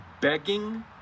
begging